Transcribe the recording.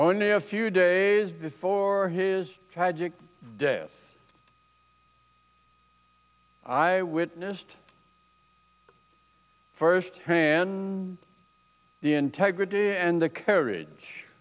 only a few days before his tragic death i witnessed firsthand the integrity and the courage